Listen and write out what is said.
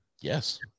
Yes